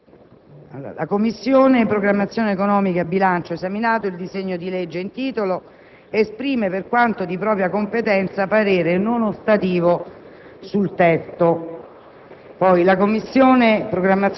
«La Commissione programmazione economica, bilancio, esaminato il disegno di legge in titolo, esprime, per quanto di propria competenza, parere non ostativo sul testo».